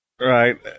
Right